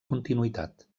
continuïtat